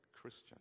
Christian